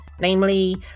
Namely